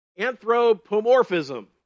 anthropomorphism